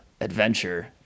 adventure